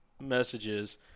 messages